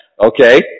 Okay